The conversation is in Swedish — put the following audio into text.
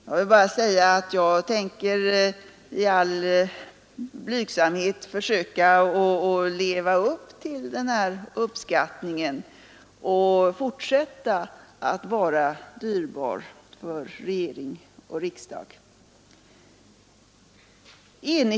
Jag vill bara säga att jag i all blygsamhet tänker försöka fortsätta att vara dyrbar för regering och riksdag.